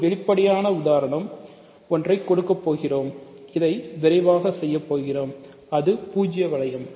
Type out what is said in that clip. ஒரு வெளிப்படையான உதாரணம் ஒன்றைக் கொடுக்கப் போகிறோம் இதை விரைவாக செய்யப் போகிறோம் அது பூஜ்ஜிய வளையம்